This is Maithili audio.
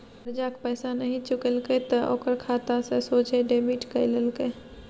करजाक पैसा नहि चुकेलके त ओकर खाता सँ सोझे डेबिट कए लेलकै